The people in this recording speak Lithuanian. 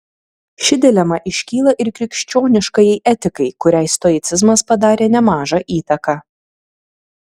ši dilema iškyla ir krikščioniškajai etikai kuriai stoicizmas padarė nemažą įtaką